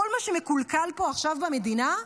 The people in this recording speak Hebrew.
כל מה שמקולקל פה עכשיו במדינה,